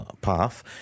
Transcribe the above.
path